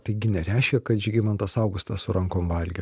taigi nereiškia kad žygimantas augustas su rankom valgė